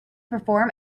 perform